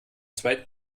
zweiten